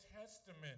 Testament